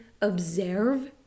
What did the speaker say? observe